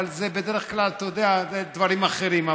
אבל זה בדרך כלל כתוצאה מדברים אחרים.